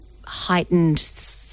heightened